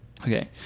Okay